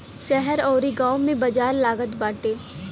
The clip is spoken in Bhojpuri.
शहर अउरी गांव में बाजार लागत बाटे